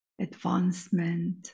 advancement